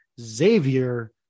Xavier